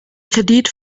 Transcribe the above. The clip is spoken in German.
kredit